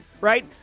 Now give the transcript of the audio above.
right